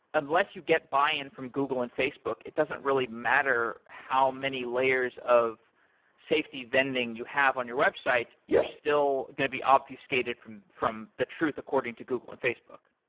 unless you get buy-in from google and facebook, it doesn't really matter how many layers of safety vending you have on your website. you're still going to be obfuscated from from the truth according to google and facebook.